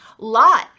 lot